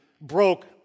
broke